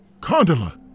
Condola